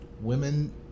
women